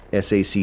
SAC